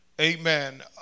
Amen